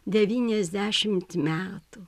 devyniasdešimt metų